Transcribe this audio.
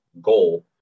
goal